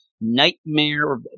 nightmare